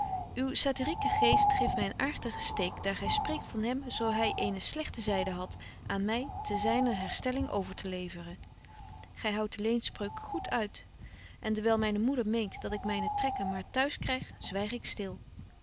uw satirique geest geeft my een aartige steek daar gy spreekt van hem zo hy eene slegte zyde hadt aan my ter zyner herstelling over te leveren gy houdt de leenspreuk goed uit en dewyl myne moeder meent dat ik myne trekken maar t'huis kryg zwyg ik stil